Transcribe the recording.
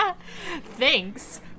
Thanks